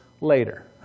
later